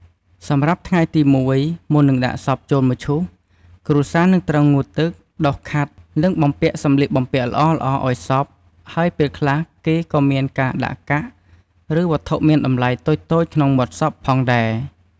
សម្រាប់ថ្ងៃទី១ មុននឹងដាក់សពចូលមឈូស គ្រួសារនឹងត្រូវងូតទឹក ដុសខាត់ និងបំពាក់សម្លៀកបំពាក់ល្អៗឲ្យសព ហើយពេលខ្លះគេក៏មានការដាក់កាក់ ឬវត្ថុមានតម្លៃតូចៗក្នុងមាត់សពផងដែរ។